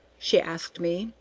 she asked me,